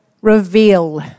reveal